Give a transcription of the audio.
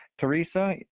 Teresa